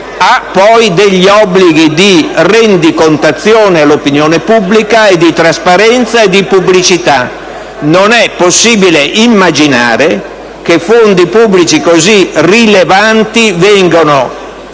hanno obblighi di rendicontazione all'opinione pubblica, di trasparenza e di pubblicità. Non è possibile immaginare che fondi pubblici così rilevanti vengano